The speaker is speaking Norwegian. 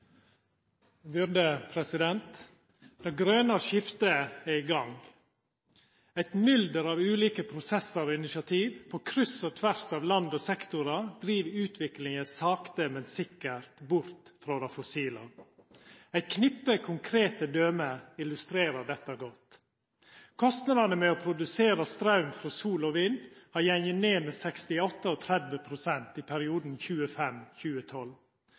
initiativ, på kryss og tvers av land og sektorar, driv utviklinga sakte, men sikkert bort frå det fossile. Eit knippe konkrete døme illustrerer dette godt: Kostnadene med å produsera straum frå sol og vind har gått ned med 68 pst. og 30 pst. i perioden 2005–2012. Fornybarproduksjonen aukar. I 2012